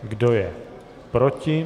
Kdo je proti?